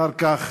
אחר כך